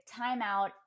timeout